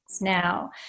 Now